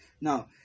Now